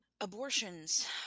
Abortions